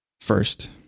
First